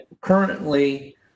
currently